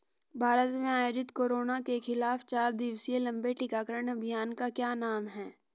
भारत में आयोजित कोरोना के खिलाफ चार दिवसीय लंबे टीकाकरण अभियान का क्या नाम है?